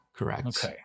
Correct